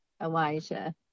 Elijah